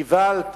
געוואלד,